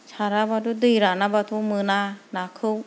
साराबाथ' दै रानाबाथ' मोना नाखौ